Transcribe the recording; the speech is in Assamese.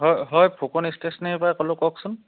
হয় হয় ফুকন ষ্টেচনেৰীৰ পৰা ক'লো কওকচোন